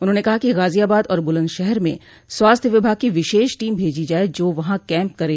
उन्होंने कहा कि गाजियाबाद और बूलन्दशहर में स्वास्थ्य विभाग की विशेष टीम भेजी जाये जो वहां कैम्प करे